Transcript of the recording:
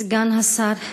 סגן השר,